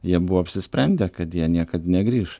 jie buvo apsisprendę kad jie niekad negrįš